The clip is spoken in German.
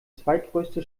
zweitgrößte